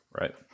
Right